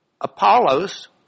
Apollos